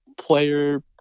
player